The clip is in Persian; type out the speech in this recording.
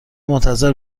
منتظر